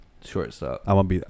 Shortstop